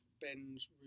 Ben's